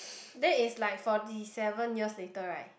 that is like forty seven years later right